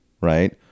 right